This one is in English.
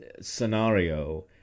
scenario